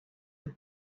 the